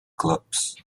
clubs